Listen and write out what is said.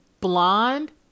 blonde